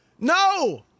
No